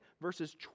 verses